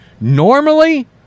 normally